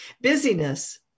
busyness